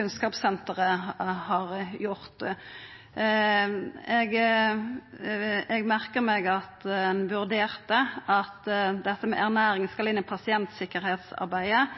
kunnskapssenteret har gjort osv. Eg merka meg at ein vurderte at dette med ernæring skal inn i pasientsikkerheitsarbeidet,